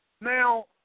Now